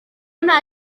nta